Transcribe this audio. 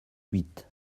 huit